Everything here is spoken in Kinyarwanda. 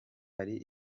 hari